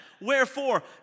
wherefore